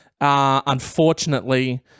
Unfortunately